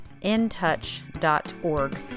intouch.org